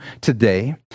today